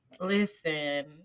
Listen